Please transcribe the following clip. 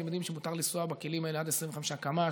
אתם יודעים שמותר לנסוע בכלים האלה עד 25 קמ"ש,